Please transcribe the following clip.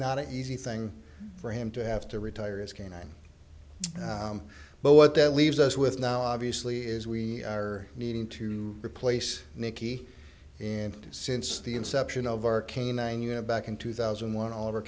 not an easy thing for him to have to retire as canine but what that leaves us with now obviously is we are needing to replace nicky and since the inception of our canine unit back in two thousand and one all o